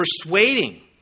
persuading